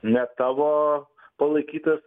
ne tavo palaikytas